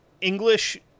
English